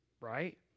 right